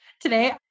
Today